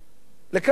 לכמה יש